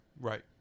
Right